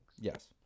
Yes